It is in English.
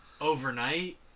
overnight